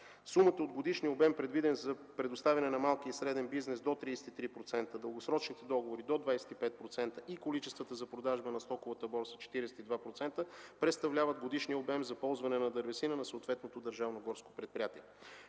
Сумата от годишния обем, предвиден за предоставяне на малкия и среден бизнес – до 33%, дългосрочните договори – до 25%, и количествата за продажба на стоковата борса – 42%, представляват годишния обем за ползване на дървесина от съответното държавно горско предприятие.